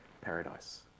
paradise